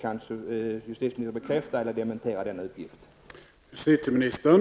Jag undrar alltså om justitieministern kan bekräfta eller dementera den här uppgiften.